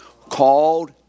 called